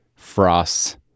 Frost's